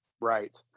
Right